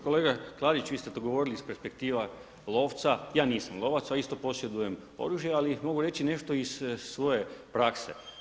Kolega Klarić, vi ste govorili iz perspektiva lovca, ja nisam lovac, a isto posjedujem oružje, ali mogu reći nešto iz svoje prakse.